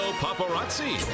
paparazzi